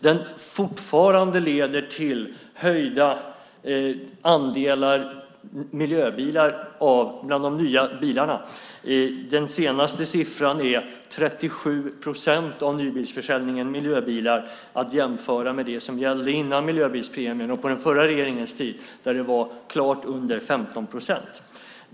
Den leder fortfarande till höjda andelar miljöbilar bland de nya bilarna. Den senaste siffran visar att 37 procent av nybilsförsäljningen är miljöbilar, vilket kan jämföras med det som gällde innan miljöbilspremien och på den förra regeringens tid då andelen var klart under 15 procent.